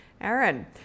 Aaron